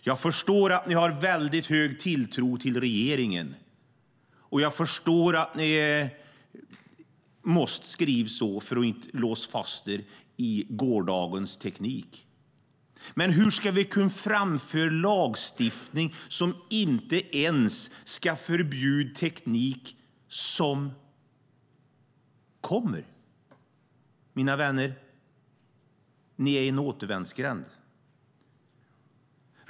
Jag förstår att ni har väldigt hög tilltro till regeringen, och jag förstår att ni måste skriva så för att inte låsa fast er i gårdagens teknik. Men hur ska vi kunna framföra lagstiftning som inte ens ska förbjuda teknik som kommer? Mina vänner! Ni är i en återvändsgränd.